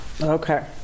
Okay